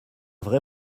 vrai